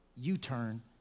U-turn